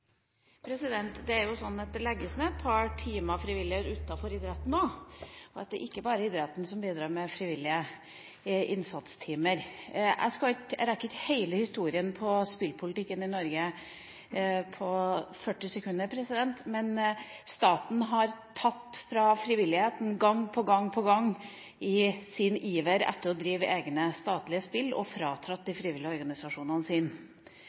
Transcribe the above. jo sånn at det legges ned et par timer frivillighet utenfor idretten også, at det ikke bare er idretten som bidrar med frivillige innsatstimer. Jeg rekker ikke hele historien til spillpolitikken i Norge på 40 sekunder, men staten har tatt fra frivilligheten gang på gang på gang i sin iver etter å drive egne, statlige spill og frata de frivillige organisasjonene